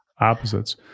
Opposites